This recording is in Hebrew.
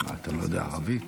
אתה לא יודע ערבית?